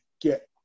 get